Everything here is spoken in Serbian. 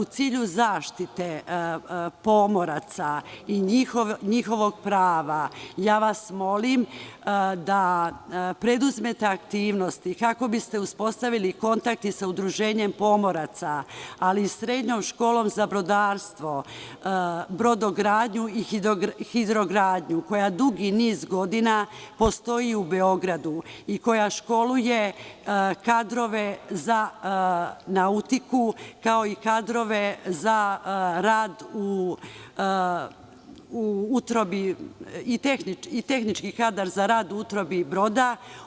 U cilju zaštite pomoraca i njihovog prava, molim vas da preduzmete aktivnosti kako biste uspostavili kontakte sa Udruženjem pomoraca, ali i Srednjom školom za brodarstvo, brodogradnju i hidrogradnju, koja dugi niz godina postoji u Beogradu i koja školuje kadrove za nautiku, kao i kadrove za tehnički rad u utrobi broda.